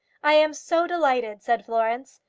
i am so delighted, said florence.